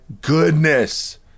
goodness